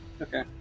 Okay